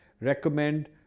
recommend